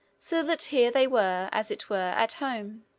so that here they were, as it were, at home.